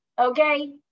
Okay